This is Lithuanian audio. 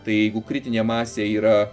tai jeigu kritinė masė yra